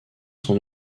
son